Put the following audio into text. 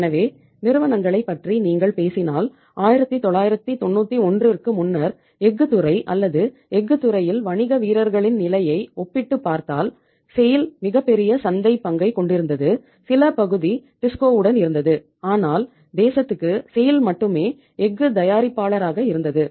எனவே நிறுவனங்களைப் பற்றி நீங்கள் பேசினால் 1991 க்கு முன்னர் எஃகு துறை அல்லது எஃகு துறையில் வணிக வீரர்களின் நிலையை ஒப்பிட்டுப் பார்த்தால் செய்ல் மட்டுமே எஃகு தயாரிப்பாளராக இருந்தது